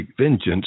vengeance